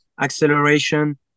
acceleration